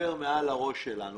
עובר מעל הראש שלנו.